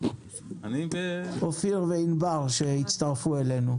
אופיר וענבר שהצטרפו אלינו.